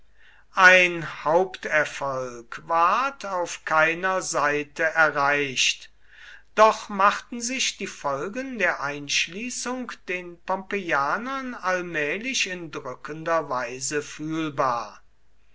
ein haupterfolg ward auf keiner seite erreicht doch machten sich die folgen der einschließung den pompeianern allmählich in drückender weise fühlbar